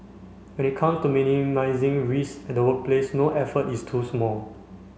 when it comes to minimising risk at the workplace no effort is too small